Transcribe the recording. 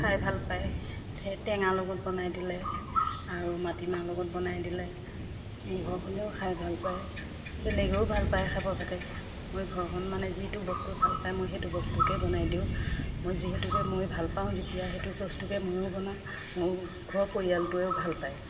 খাই ভাল পায় এই টেঙাৰ লগত বনাই দিলে আৰু মাটিমাহ লগত বনাই দিলে মোৰ ঘৰখনেও খাই ভাল পায় বেলেগেও ভাল পায় খাব ভাতে মই ঘৰখন মানে যিটো বস্তু ভাল পায় মই সেইটো বস্তুকে বনাই দিওঁ মই যিহেতুকে মই ভাল পাওঁ যেতিয়া সেইটো বস্তুকে ময়ো বনাওঁ ময়ো ঘৰ পৰিয়ালটোৱেও ভাল পায়